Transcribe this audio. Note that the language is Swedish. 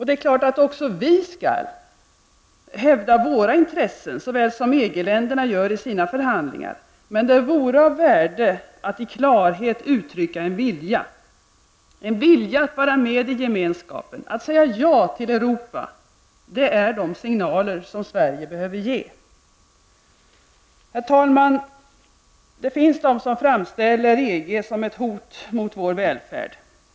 Det är klart att också vi skall hävda våra intressen, såväl som EG-länderna gör i sina förhandlingar, men det vore av värde att i klarhet uttrycka en vilja -- en vilja att vara med i gemenskapen, att säga ja till Europa. Det är de signaler som Sverige behöver ge. Herr talman! Det finns de som framställer EG som ett hot mot vår välfärd.